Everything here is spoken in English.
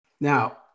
Now